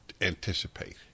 anticipate